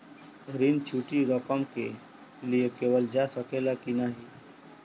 ऋण छोटी रकम के लिए लेवल जा सकेला की नाहीं?